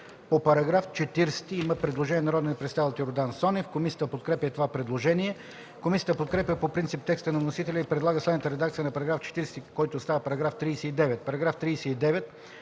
По § 40 има предложение от народния представител Йордан Цонев. Комисията подкрепя предложението. Комисията подкрепя по принцип текста на вносителя и предлага следната редакция за § 40, който става § 39: „§ 39.